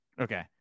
Okay